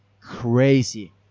crazy